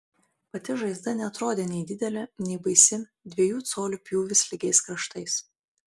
pati žaizda neatrodė nei didelė nei baisi dviejų colių pjūvis lygiais kraštais